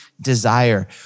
desire